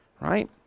right